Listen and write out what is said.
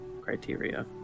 criteria